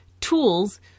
tools